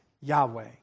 Yahweh